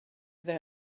there